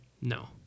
no